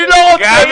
אני לא רוצה בחירות.